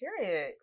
Period